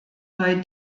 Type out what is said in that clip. neu